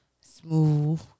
smooth